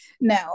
no